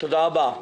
תודה רבה.